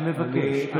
אני מבקש.